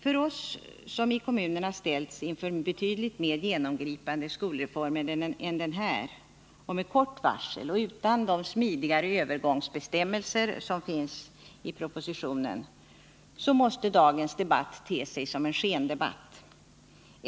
För oss som i kommunerna med kort varsel ställts inför betydligt mer genomgripande skolreformer än denna, reformer som dessutom inte innehållit de smidigare övergångsbestämmelser som finns i denna proposition, måste dagens debatt te sig som en skendebatt.